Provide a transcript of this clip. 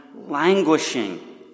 languishing